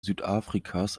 südafrikas